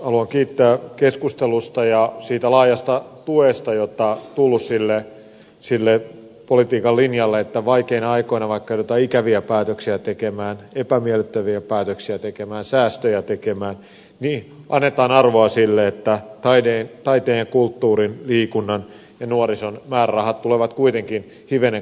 haluan kiittää keskustelusta ja siitä laajasta tuesta jota on tullut sille politiikan linjalle että vaikeina aikoina vaikka joudutaan ikäviä päätöksiä tekemään epämiellyttäviä päätöksiä tekemään säästöjä tekemään annetaan arvoa sille että taiteen ja kulttuurin liikunnan ja nuorison määrärahat tulevat kuitenkin hivenen kasvamaan